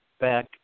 back